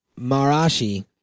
Marashi